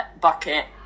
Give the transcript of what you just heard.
bucket